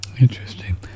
Interesting